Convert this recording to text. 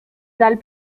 dalle